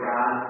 God